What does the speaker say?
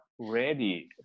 ready